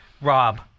Rob